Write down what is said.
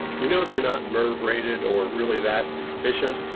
you know they're not merv rated or really that efficient.